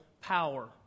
power